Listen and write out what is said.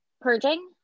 Purging